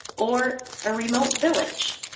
or a remote village?